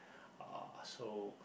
uh so